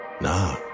Nah